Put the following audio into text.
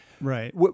Right